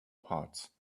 parts